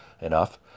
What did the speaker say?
enough